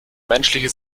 menschliche